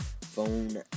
phone